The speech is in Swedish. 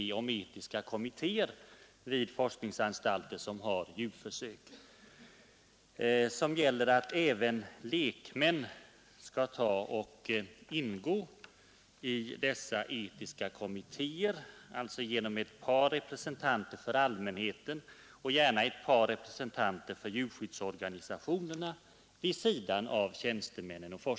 Där talas om etiska kommittéer vid forskningsanstalter som sysslar med djurförsök kommittéer i vilka lekmän borde ingå, alltså vid sidan av tjänstemännen och forskarna ett par representanter för allmänheten och gärna ett par representanter för djurskyddsorganisationerna.